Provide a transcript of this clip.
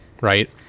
Right